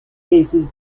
cases